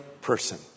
person